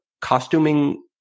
costuming